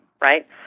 right